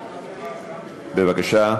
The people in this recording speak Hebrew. בבקשה.